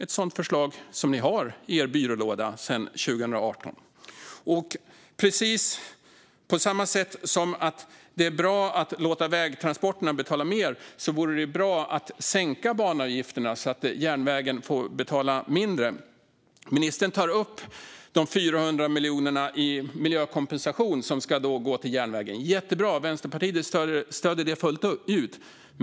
Ett sådant förslag har ni i er byrålåda sedan 2018. På precis samma sätt som det är bra att låta vägtransporterna betala mer vore det bra att sänka banavgifterna så att järnvägen får betala mindre. Ministern tar upp de 400 miljoner i miljökompensation som ska gå till järnvägen. Jättebra, Vänsterpartiet stöder det fullt ut.